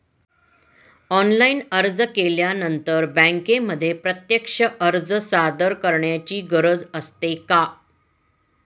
Online अर्ज केल्यानंतर बँकेमध्ये प्रत्यक्ष अर्ज सादर करायची गरज असते का?